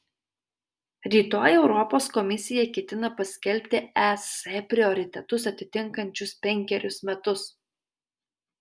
rytoj europos komisija ketina paskelbti es prioritetus ateinančius penkerius metus